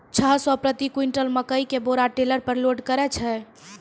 छह रु प्रति क्विंटल मकई के बोरा टेलर पे लोड करे छैय?